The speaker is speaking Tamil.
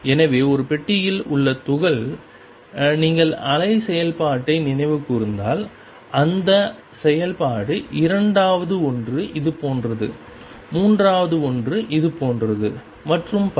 எனவே ஒரு பெட்டியில் உள்ள துகள் நீங்கள் அலை செயல்பாட்டை நினைவு கூர்ந்தால் இந்த செயல்பாடு இரண்டாவது ஒன்று இது போன்றது மூன்றாவது ஒன்று இது போன்றது மற்றும் பல